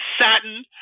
satin